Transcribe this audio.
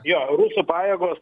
jo rusų pajėgos